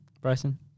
Bryson